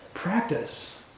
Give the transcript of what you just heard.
practice